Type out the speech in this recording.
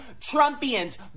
Trumpians